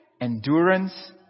Endurance